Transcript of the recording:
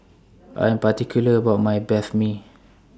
I Am particular about My Banh MI